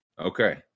Okay